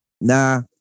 nah